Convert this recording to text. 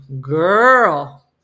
girl